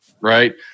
right